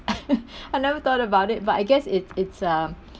I never thought about it but I guess it's it's um